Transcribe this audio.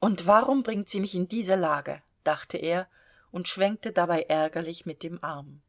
und warum bringt sie mich in diese lage dachte er und schwenkte dabei ärgerlich mit dem arm